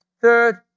Third